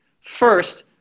First